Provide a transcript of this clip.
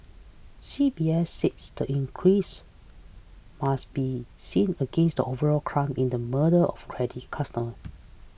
C B S said the increase must be seen against the overall climb in the murder of credit customer